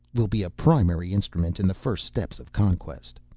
will be a primary instrument in the first steps of conquest.